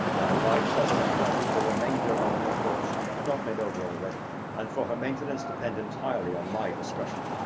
my wife shall settle on me the remainder of her fortune, not made over already and for her maintenance depend entirely on my discretion.